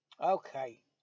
okay